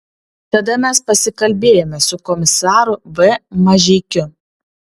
tada mes pasikalbėjome su komisaru v mažeikiu